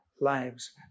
lives